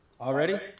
Already